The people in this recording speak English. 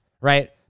right